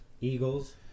Eagles